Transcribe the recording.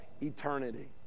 eternity